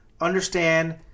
understand